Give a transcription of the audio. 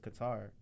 Qatar